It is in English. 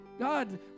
God